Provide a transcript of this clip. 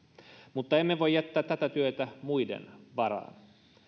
mutta emme voi jättää tätä työtä muiden varaan